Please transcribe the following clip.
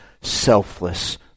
selfless